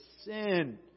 sin